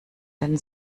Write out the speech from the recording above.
den